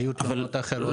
היו תלונות אחרות.